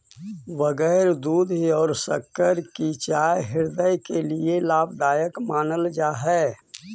बगैर दूध और शक्कर की चाय हृदय के लिए लाभदायक मानल जा हई